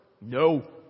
No